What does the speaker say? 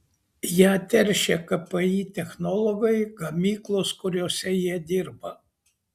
ją teršia kpi technologai gamyklos kuriose jie dirba